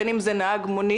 בין אם זה נהג מונית,